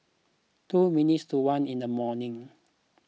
two minutes to one in the morning